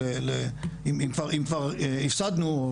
אם כבר הפסדנו,